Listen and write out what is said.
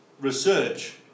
research